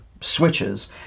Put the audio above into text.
Switches